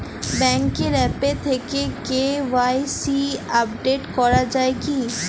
ব্যাঙ্কের আ্যপ থেকে KYC update করা যায় কি?